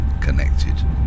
connected